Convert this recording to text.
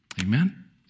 Amen